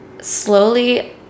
slowly